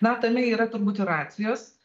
na tame yra turbūt ir racijos